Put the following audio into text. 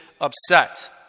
upset